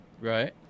right